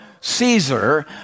Caesar